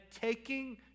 taking